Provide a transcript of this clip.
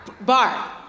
Bar